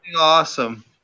awesome